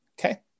Okay